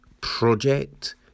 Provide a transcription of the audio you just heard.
project